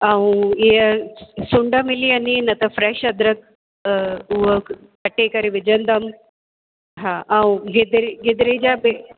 ऐं हीअ सुंड मिली वेंदी न त फ़्रैश अदरकु हूअ कटे करे विझंदमि हा ऐं गिदिरी गिदिरे जा ॿि